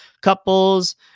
couples